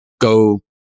go